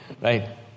right